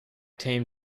team